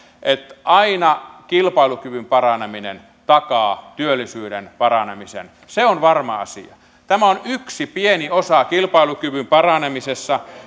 aina kilpailukyvyn paraneminen takaa työllisyyden paranemisen se on varma asia tämä on yksi pieni osa kilpailukyvyn paranemisessa